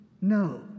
No